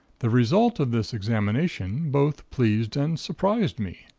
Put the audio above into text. the result of this examination, both pleased and surprised me,